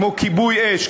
כמו כיבוי אש,